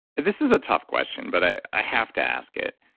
this is a tough question, but i have to ask it.